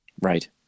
Right